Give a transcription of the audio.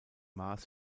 maß